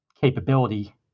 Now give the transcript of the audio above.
capability